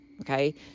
Okay